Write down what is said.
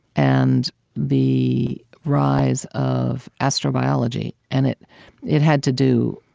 and the rise of astrobiology. and it it had to do,